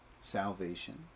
salvation